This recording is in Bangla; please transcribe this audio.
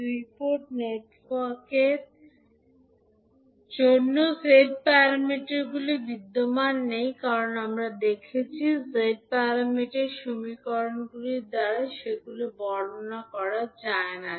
দুটি পোর্ট নেটওয়ার্কের জন্য z প্যারামিটারগুলি বিদ্যমান নেই কারণ আমরা দেখেছি Z প্যারামিটার সমীকরণগুলির দ্বারা সেগুলি বর্ণনা করা যায় না